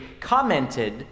commented